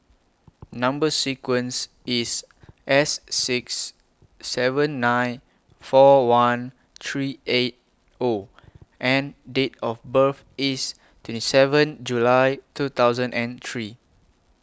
Number sequence IS S six seven nine four one three eight O and Date of birth IS twenty seven July two thousand and three